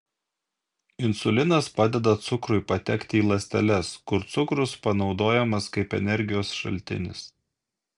insulinas padeda cukrui patekti į ląsteles kur cukrus panaudojamas kaip energijos šaltinis